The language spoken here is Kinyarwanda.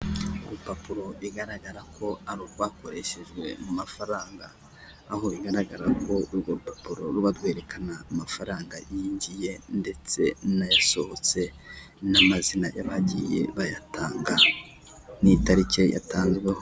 Urupapuro bigaragara ko urwakoreshejwe mu mafaranga, aho bigaragara ko urwo rupapuro ruba rwerekana amafaranga yinjiye ndetse n'ayasohotse n'amazina y'abagiye bayatanga n'itariki yatanzweho.